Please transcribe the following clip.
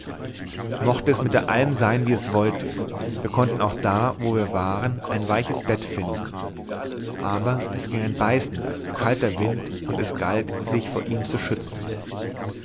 mochte es mit der alm sein wie es wollte wir konnten auch da wo wir waren ein weiches bett finden aber es ging ein beißender kalter wind und es galt sich vor ihm zu schützen